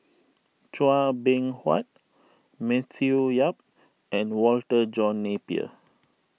Chua Beng Huat Matthew Yap and Walter John Napier